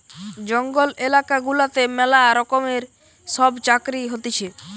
জঙ্গল এলাকা গুলাতে ম্যালা রকমের সব চাকরি হতিছে